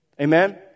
Amen